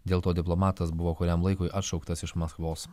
dėl to diplomatas buvo kuriam laikui atšauktas iš maskvos